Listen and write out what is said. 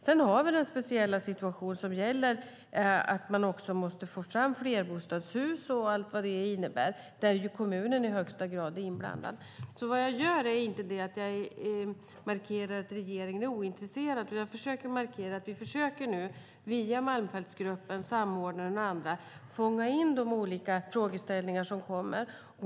Sedan har vi den speciella situationen att man måste få fram flerbostadshus med allt vad det innebär, och där är ju kommunen i högsta grad inblandad. Jag markerar inte att regeringen är ointresserad utan att vi nu via Malmfältsgruppen, samordnare och andra försöker fånga in de olika frågeställningar som kommer.